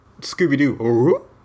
Scooby-Doo